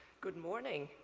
good morning.